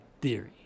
theory